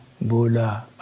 Bola